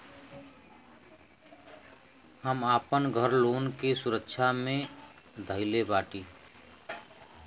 हम आपन घर लोन के सुरक्षा मे धईले बाटी